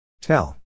Tell